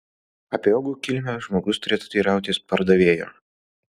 apie uogų kilmę žmogus turėtų teirautis pardavėjo